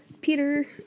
Peter